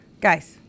guys